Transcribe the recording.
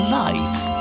life